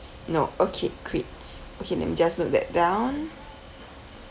no okay quit okay let me just note that down